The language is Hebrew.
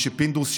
מה שפינדרוס,